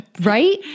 Right